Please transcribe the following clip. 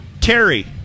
Terry